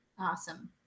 Awesome